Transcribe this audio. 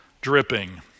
dripping